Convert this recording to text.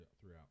throughout